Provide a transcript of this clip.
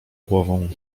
głową